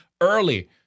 early